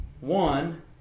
One